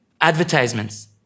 advertisements